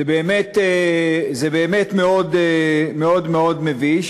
זה באמת מאוד מאוד מביש